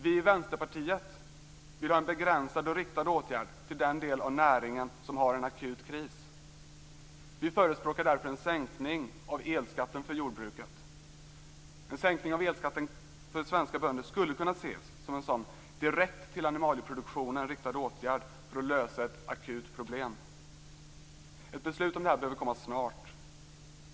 Vi i Vänsterpartiet vill ha en begränsad och riktad åtgärd till den del av näringen som har en akut kris. Vi förespråkar därför en sänkning av elskatten för jordbruket. En sänkning av elskatten för svenska bönder skulle kunna ses som en sådan direkt till animaliproduktionen riktad åtgärd för att lösa ett akut problem. Ett beslut om detta behöver komma snart.